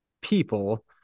people